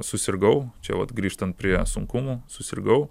susirgau čia vat grįžtant prie sunkumų susirgau